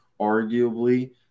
arguably